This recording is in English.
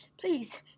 Please